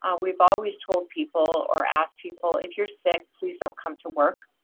ah we've always told people or ask people, if you're sick, please don't come to work.